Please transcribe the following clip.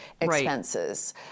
expenses